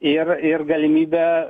ir ir galimybę